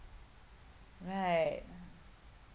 right